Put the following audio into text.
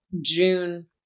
June